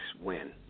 win